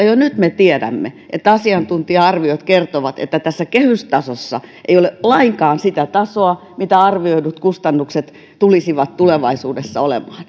jo nyt me tiedämme että asiantuntija arviot kertovat että tässä kehystasossa ei ole lainkaan sitä tasoa mitä arvioidut kustannukset tulisivat tulevaisuudessa